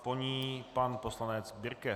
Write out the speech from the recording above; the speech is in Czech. Po ní pan poslanec Birke.